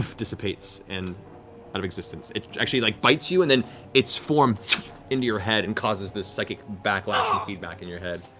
dissipates and out of existence. it actually like bites you and then its form into your head and causes this psychic backlash and ah feedback in your head.